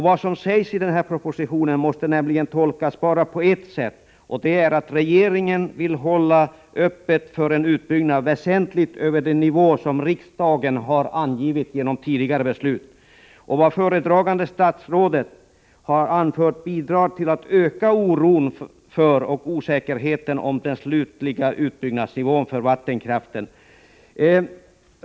Vad som sägs i propositionen kan nämligen tolkas bara på ett sätt, och det är att regeringen vill hålla öppet för en utbyggnad väsentligt över den nivå som riksdagen genom tidigare beslut angivit. Vad föredragande statsrådet har anfört bidrar till att öka oron för och osäkerheten om den slutliga utbyggnadsnivån för vattenkraften.